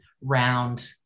round